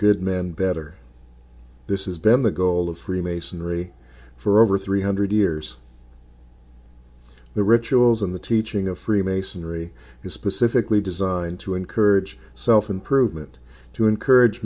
good men better this has been the goal of freemasonry for over three hundred years the rituals and the teaching of freemasonry is specifically designed to encourage self improvement to encourage